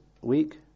week